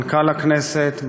מנכ"ל הכנסת,